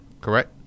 Correct